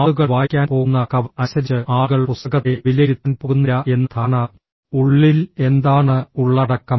ആളുകൾ വായിക്കാൻ പോകുന്ന കവർ അനുസരിച്ച് ആളുകൾ പുസ്തകത്തെ വിലയിരുത്താൻ പോകുന്നില്ല എന്ന ധാരണ ഉള്ളിൽ എന്താണ് ഉള്ളടക്കം